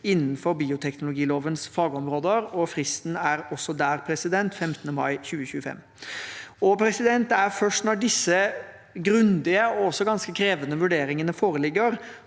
innenfor bioteknologilovens fagområder, og fristen er også der 15. mai 2025. Det er først når disse grundige og også ganske krevende vurderingene foreligger,